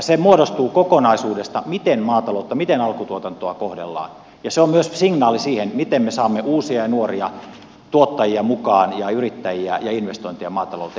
se muodostuu kokonaisuudesta miten maataloutta miten alkutuotantoa kohdellaan ja se on myös signaali siihen miten me saamme uusia ja nuoria tuottajia mukaan ja yrittäjiä ja investointeja maatalouteen